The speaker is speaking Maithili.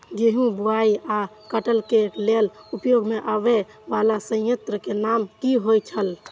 गेहूं बुआई आ काटय केय लेल उपयोग में आबेय वाला संयंत्र के नाम की होय छल?